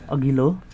अघिल्लो